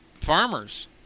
farmers